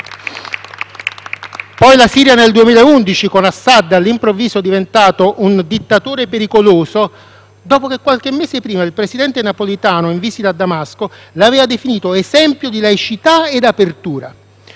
Poi la Siria, nel 2011, con Assad, all'improvviso diventato un dittatore pericoloso dopo che, qualche mese prima, il presidente Napolitano in visita a Damasco l'aveva definito «esempio di laicità ed apertura».